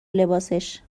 لباسش